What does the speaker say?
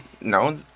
No